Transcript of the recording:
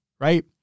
right